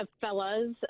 fellas